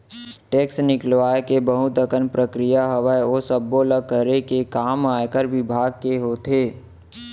tax निकलवाय के बहुत अकन प्रक्रिया हावय, ओ सब्बो ल करे के काम आयकर बिभाग के होथे